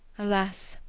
alas!